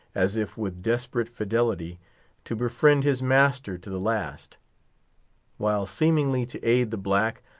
as if with desperate fidelity to befriend his master to the last while, seemingly to aid the black,